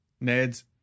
Ned's